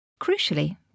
Crucially